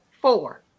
four